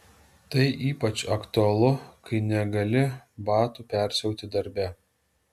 tai ypač aktualu kai negali batų persiauti darbe